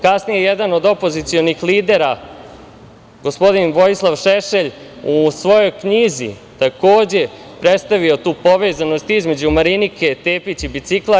Kasnije je jedan od opozicionih lidera, gospodin Vojislav Šešelj u svojoj knjizi takođe predstavio tu povezanost između Marinike Tepić i bicikla.